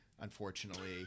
unfortunately